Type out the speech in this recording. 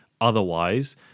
Otherwise